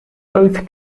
both